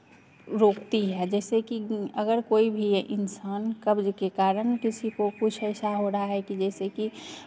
रोकती है जैसे कि अगर कोई भी इंसान कब्ज़ के कारण किसी को कुछ ऐसा हो रहा है कि जैसे कि